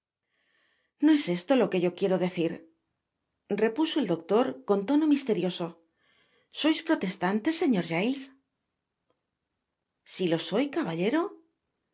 no es esto lo que yo quiero decir repuso el doeter con tono misterioso sois protestante señor giles si lo soy caballero